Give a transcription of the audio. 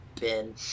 bin